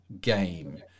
game